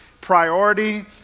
Priority